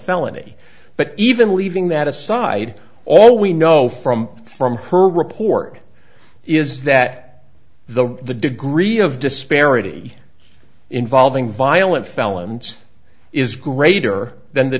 felony but even leaving that aside all we know from from her report is that the the degree of disparity involving violent felons is greater than the